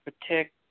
protect